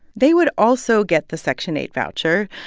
they would also get the section eight voucher,